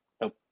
Nope